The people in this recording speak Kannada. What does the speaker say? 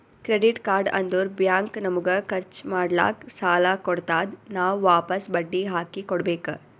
ಕ್ರೆಡಿಟ್ ಕಾರ್ಡ್ ಅಂದುರ್ ಬ್ಯಾಂಕ್ ನಮಗ ಖರ್ಚ್ ಮಾಡ್ಲಾಕ್ ಸಾಲ ಕೊಡ್ತಾದ್, ನಾವ್ ವಾಪಸ್ ಬಡ್ಡಿ ಹಾಕಿ ಕೊಡ್ಬೇಕ